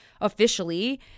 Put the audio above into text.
officially